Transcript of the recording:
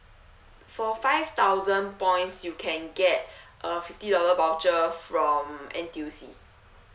for five thousand points you can get a fifty dollar voucher from N_T_U_C